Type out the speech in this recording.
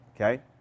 Okay